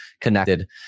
connected